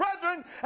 brethren